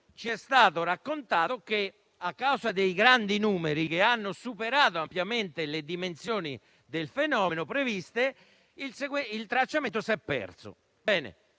Ci è stato raccontato che, a causa dei grandi numeri che hanno superato ampiamente le dimensioni previste del fenomeno, il tracciamento si è perso. Se